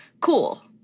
cool